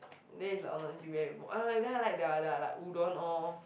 then it's like then I like their their like udon oh